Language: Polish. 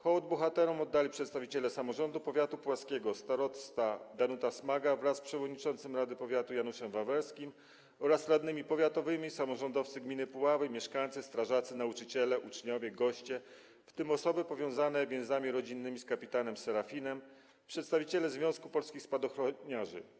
Hołd bohaterom oddali przedstawiciele samorządu powiatu puławskiego - starosta Danuta Smaga wraz z przewodniczącym rady powiatu Januszem Wawerskim oraz radnymi powiatowymi, samorządowcy gminy Puławy, mieszkańcy, strażacy, nauczyciele, uczniowie, goście, w tym osoby powiązane więzami rodzinnymi z kpt. Serafinem, przedstawiciele Związku Polskich Spadochroniarzy.